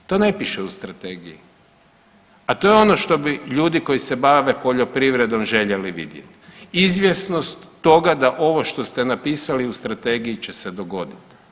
To ne piše u strategije, a to je ono što bi ljudi koji se bave poljoprivredom željeli vidjeti, izvjesnost toga da ovo što ste napisali u strategiji će se dogodit.